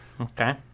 Okay